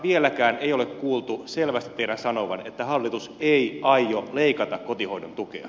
vieläkään ei ole kuultu selvästi teidän sanovan että hallitus ei aio leikata kotihoidon tukea